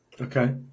Okay